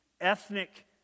Ethnic